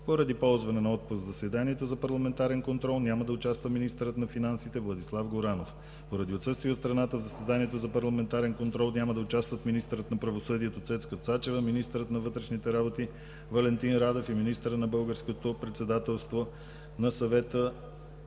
Поради ползване на отпуск в заседанието за парламентарен контрол няма да участва министърът на финансите Владислав Горанов. Поради отсъствие от страната в заседанието за парламентарен контрол няма да участват министърът на правосъдието Цецка Цачева, министърът на вътрешните работи Валентин Радев и министърът за българското председателство на Съвета